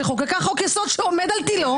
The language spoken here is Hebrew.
שחוקקה חוק-יסוד שעומד על תילו,